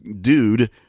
dude